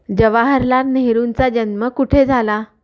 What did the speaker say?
जवाहरलाल नेहरूंचा जन्म कुठे झाला